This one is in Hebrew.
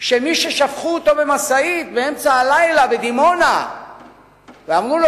שמי ששפכו אותו ממשאית באמצע הלילה בדימונה ואמרו לו